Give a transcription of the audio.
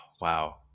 Wow